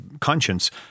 conscience